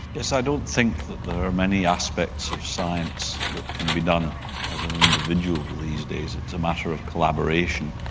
yes. i don't think that there are many aspects of science that can be done as an individual these days it's a matter of collaboration.